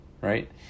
right